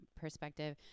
perspective